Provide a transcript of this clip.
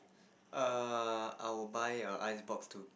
err I will buy a ice box too